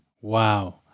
Wow